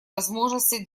возможности